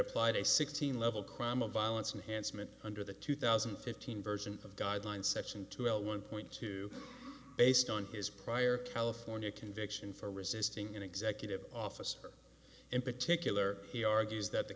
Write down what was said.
applied a sixteen level crime of violence and hence meant under the two thousand and fifteen version of guideline section two l one point two based on his prior california conviction for resisting an executive officer in particular he argues that the